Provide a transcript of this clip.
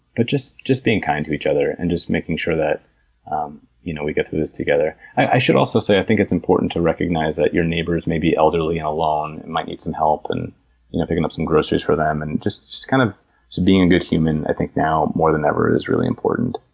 but just just being kind to each other and just making sure that you know we get through this together. i should also say, i think it's important to recognize that your neighbors may be elderly, and alone, and might need some help you know picking up some groceries for them and just kind of being a good human, i think now more than ever, is really important.